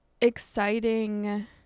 exciting